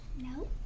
No